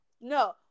no